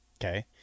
Okay